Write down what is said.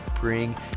bring